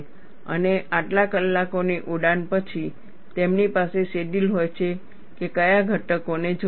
અને આટલા કલાકોની ઉડાન પછી તેમની પાસે શેડ્યૂલ હોય છે કે કયા ઘટકો ને જોવાનું છે